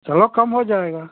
चलो कम हो जाएगा